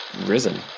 risen